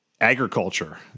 agriculture